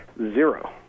Zero